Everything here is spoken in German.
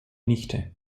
nichte